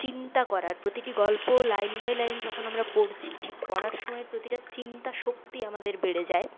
চিন্তা করার প্রতিটি গল্প লাইন বাই লাইন যখন আমরা পড়ছি ঠিক পড়ার সময় প্রতিটা চিন্তাশক্তি আমাদের বেড়ে যায়